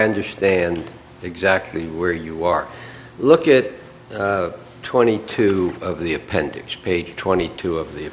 understand exactly where you are look at twenty two of the appendix page twenty two of the